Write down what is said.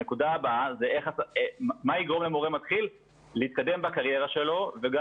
הנקודה הבאה זה מה יגרום למורה מתחיל להתקדם בקריירה שלו וגם